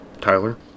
Tyler